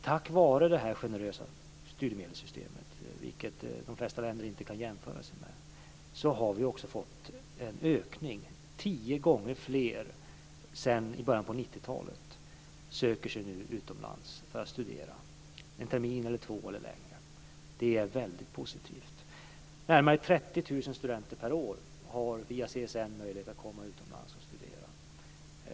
Tack vare det här generösa studiemedelssystemet, som de flesta länder inte kan jämföra sig med, har vi också fått en ökning - tio gånger fler än i början av 90-talet söker sig nu utomlands för att studera en termin eller två, eller längre. Det är väldigt positivt. Närmare 30 000 studenter per år har via CSN möjlighet att komma utomlands och studera.